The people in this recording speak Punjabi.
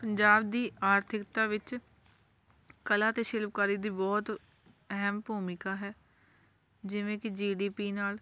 ਪੰਜਾਬ ਦੀ ਆਰਥਿਕਤਾ ਵਿੱਚ ਕਲਾ ਅਤੇ ਸ਼ਿਲਪਕਾਰੀ ਦੀ ਬਹੁਤ ਅਹਿਮ ਭੂਮਿਕਾ ਹੈ ਜਿਵੇਂ ਕੀ ਜੀ ਡੀ ਪੀ ਨਾਲ